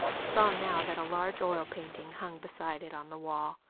saw now that a large oil painting hung beside it on the wall.